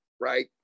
Right